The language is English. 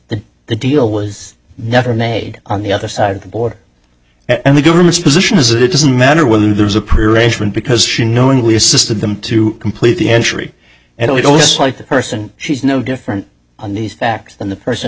that the deal was never made on the other side of the border and the government's position is that it doesn't matter whether there's a pre arrangement because she knowingly assisted them to complete the entry and we don't like the person she's no different on these facts than the person